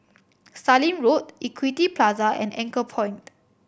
Sallim Road Equity Plaza and Anchorpoint